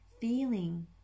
Feeling